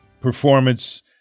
performance